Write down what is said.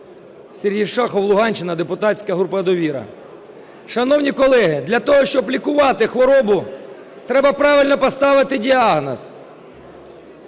Сергій Шахов, Луганщина, депутатська група "Довіра". Шановні колеги, для того, щоб лікувати хворобу, треба правильно поставити діагноз.